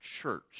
church